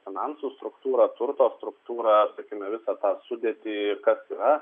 finansų struktūrą turto struktūrą sakykime visą tą sudėtį kas yra